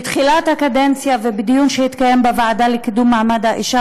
בתחילת הקדנציה ובדיון שהתקיים בוועדה לקידום מעמד האישה